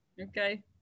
Okay